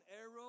arrow